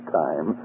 time